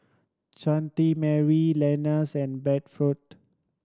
Mary Lenas and Bradford